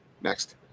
Next